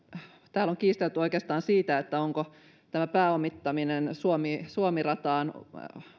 täällä on kiistelty oikeastaan siitä onko tämä pääomittaminen suomen rataan